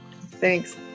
Thanks